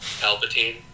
Palpatine